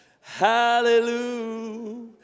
hallelujah